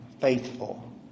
faithful